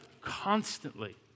constantly